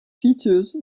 features